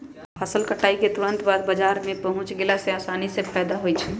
फसल कटाई के तुरत बाद बाजार में पहुच गेला से किसान के फायदा होई छई